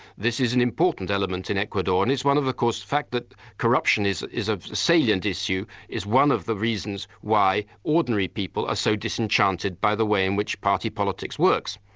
this is an important element in ecuador, and it's one of the, of course, facts that corruption is is a salient issue, is one of the reasons why ordinary people are so disenchanted by the way in which party politics works.